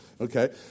Okay